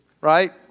right